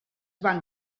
van